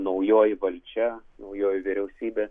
naujoji valdžia naujoji vyriausybė